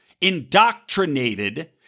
indoctrinated